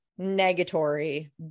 negatory